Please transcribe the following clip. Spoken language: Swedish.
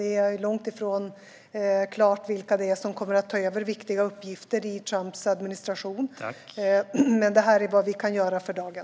Det är långt ifrån klart vilka som kommer att ta över viktiga uppgifter i Trumps administration. Detta är dock vad vi kan göra för dagen.